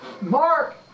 Mark